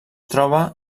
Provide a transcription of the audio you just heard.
troba